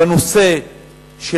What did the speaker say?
בנושא של